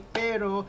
pero